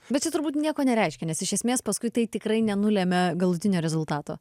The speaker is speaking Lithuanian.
bet čia turbūt nieko nereiškia nes iš esmės paskui tai tikrai nenulemė galutinio rezultato